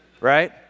right